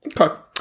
Okay